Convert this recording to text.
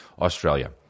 Australia